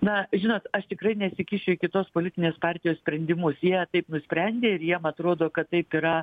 na žinot aš tikrai nesikišiu į kitos politinės partijos sprendimus jie taip nusprendė ir jiem atrodo kad taip yra